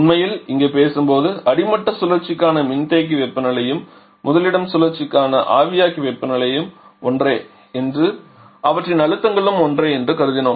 உண்மையிலேயே இங்கே பேசும்போது அடிமட்ட சுழற்சிக்கான மின்தேக்கி வெப்பநிலையும் முதலிடம் சுழற்சிகளுக்கான ஆவியாக்கி வெப்பநிலையும் ஒன்றே என்றும் அவற்றின் அழுத்தங்களும் ஒன்றே என்றும் கருதினோம்